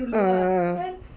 uh